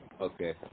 Okay